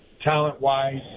talent-wise